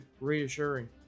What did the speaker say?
reassuring